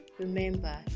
remember